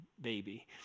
baby